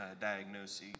diagnosis